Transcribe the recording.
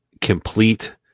complete